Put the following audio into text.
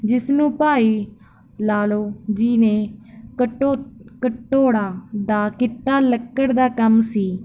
ਜਿਸਨੂੰ ਭਾਈ ਲਾਲੋ ਜੀ ਨੇ ਕੱਟੋ ਕੱਟੋੜਾ ਦਾ ਕਿੱਤਾ ਲੱਕੜ ਦਾ ਕੰਮ ਸੀ